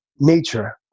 nature